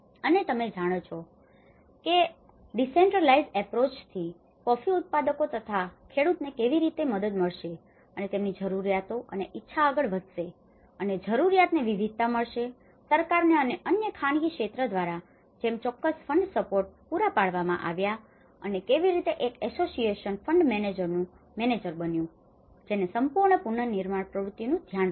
અને તમે જાણો છો કે ડીસેન્ટ્રલાઇઝડ અપ્રોચથી decentralized approach વિકેન્દ્રિત અભિગમ કોફી ઉત્પાદકો તથા ખેડુતોને કેવી રીતે મદદ મળશે અને તેમની જરૂરિયાતો અને ઇચ્છાઓ આગળ વધશે અને જરૂરિયાતોને વિવિધતા મળશે અને સરકાર અને અન્ય ખાનગી ક્ષેત્ર દ્વારા જેમ ચોક્કસ ફંડ સપોર્ટ fund support ભંડોળના ટેકા પૂરા પાડવામાં આવ્યા અને કેવી રીતે એક એસોસિએશન association સંસ્થા ફંડ મેનેજરનું મેનેજર બન્યું જેને સંપૂર્ણ પુનર્નિર્માણ પ્રવૃત્તિઓનું ધ્યાન રાખ્યું